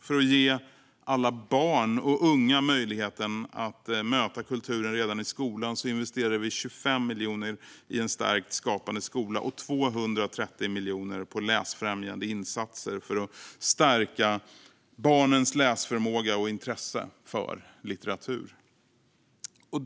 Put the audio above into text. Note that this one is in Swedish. För att ge alla barn och unga möjlighet att möta kulturen redan i skolan investerar vi 25 miljoner kronor i en stärkt Skapande skola och 230 miljoner kronor på läsfrämjande insatser för att stärka barnens läsförmåga och intresse för litteratur.